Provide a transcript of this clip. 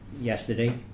yesterday